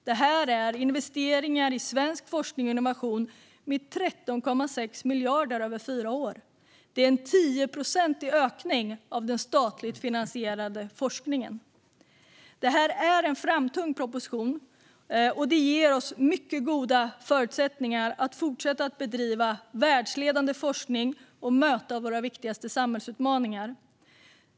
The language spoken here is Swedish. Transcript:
Detta är investeringar i svensk forskning och innovation med 13,6 miljarder över fyra år. Det är en 10-procentig ökning av den statligt finansierade forskningen. Detta är en framtung proposition, och den ger oss mycket goda förutsättningar att fortsätta att bedriva världsledande forskning och möta våra viktigaste samhällsutmaningar.